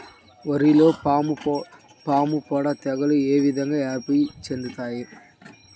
వరిలో పాముపొడ తెగులు ఏ విధంగా వ్యాప్తి చెందుతాయి?